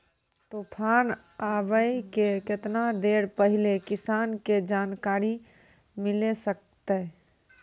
तूफान आबय के केतना देर पहिले किसान के जानकारी मिले सकते?